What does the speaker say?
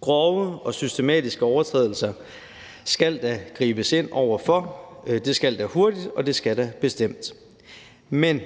Grove og systematiske overtrædelse skal der gribes ind over for, og det skal ske hurtigt og bestemt. Men